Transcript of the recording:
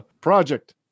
project